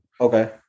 Okay